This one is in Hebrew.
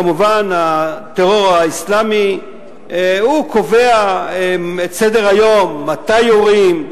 כמובן הטרור האסלאמי קובע את סדר-היום: מתי יורים,